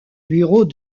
bureau